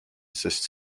sest